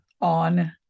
on